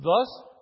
Thus